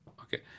Okay